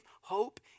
hope